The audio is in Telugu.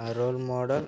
నా రోల్ మోడల్